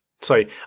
sorry